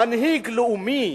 מנהיג לאומי,